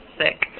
sick